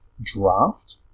draft